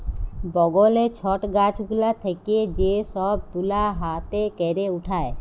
বগলে ছট গাছ গুলা থেক্যে যে সব তুলা হাতে ক্যরে উঠায়